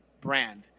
brand